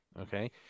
Okay